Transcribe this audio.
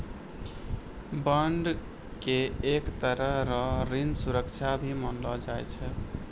bond के एक तरह रो ऋण सुरक्षा भी मानलो जाय छै